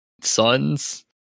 sons